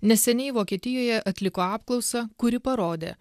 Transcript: neseniai vokietijoje atliko apklausą kuri parodė